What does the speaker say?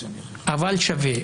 אבל שווה.